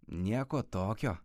nieko tokio